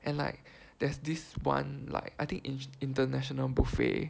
and like there's this one like I think in~ international buffet